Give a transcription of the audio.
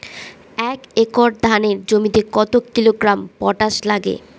এক একর ধানের জমিতে কত কিলোগ্রাম পটাশ লাগে?